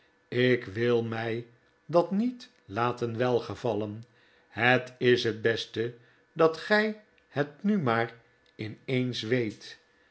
ik wil mij dat niet laten welgevallen het is r t beste dat gij het hu maar in eens weet